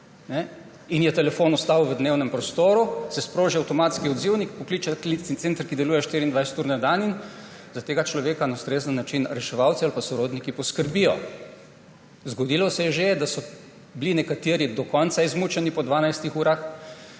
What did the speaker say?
in je telefon ostal v dnevnem prostoru, se sproži avtomatski odzivnik, pokliče klicni center, ki deluje 24-ur na dan, in za tega človeka na ustrezen način reševalci ali pa sorodniki poskrbijo. Zgodilo se je že, da so bili nekateri do konca izmučeni po 12 urah.